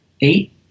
eight